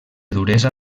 duresa